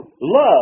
love